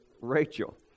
Rachel